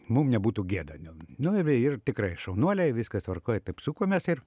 mum nebūtų gėda ne nu va ir tikrai šaunuoliai viskas tvarkoj taip sukomės ir